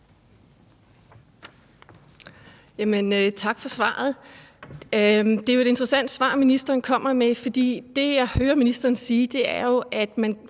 tak for svaret. Det er jo et interessant svar, ministeren kommer med, for det, jeg hører ministeren sige, er jo, at man